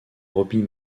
robbie